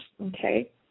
okay